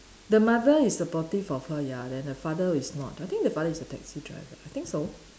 the mother is supportive of her ya then the father is not I think the father is a taxi driver I think so